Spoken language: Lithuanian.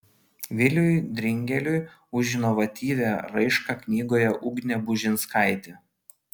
viliui dringeliui už inovatyvią raišką knygoje ugnė bužinskaitė